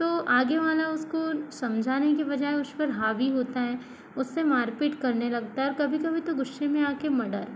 तो आगे वाला उसको समझाने की बजाय उस पर हावी होता है उससे मार पीट करने लगता है कभी कभी तो गुस्से में आके मर्डर